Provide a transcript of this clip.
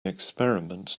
experiment